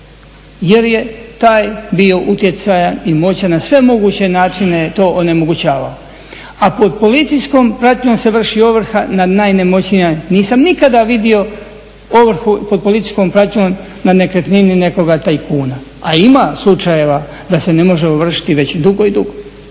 jer je taj bio utjecajan i moćan na sve moguće načine to onemogućava. A pod policijskom pratnjom se vrši ovrha na najnemoćnije. Nisam nikada vidio ovrhu pod policijskom pratnjom na nekretnini nekoga tajkuna, a ima slučajeva da se ne može ovršiti već dugo i dugo.